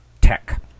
tech